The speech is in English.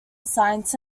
science